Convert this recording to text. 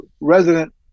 resident